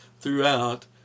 throughout